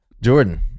Jordan